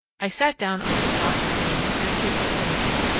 i sat down on the spot and created a statue of singapore.